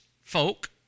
folk